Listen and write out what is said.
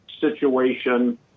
situation